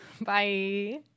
Bye